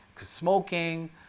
smoking